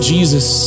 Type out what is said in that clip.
Jesus